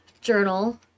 journal